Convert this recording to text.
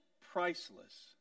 priceless